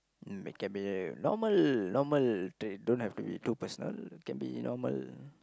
mm it can be normal normal trait don't have to be too personal can be normal